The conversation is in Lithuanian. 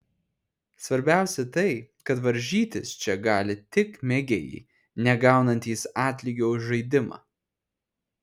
svarbiausia tai kad varžytis čia gali tik mėgėjai negaunantys atlygio už žaidimą